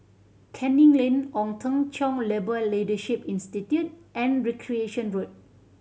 Canning Lane Ong Teng Cheong Labour Leadership Institute and Recreation Road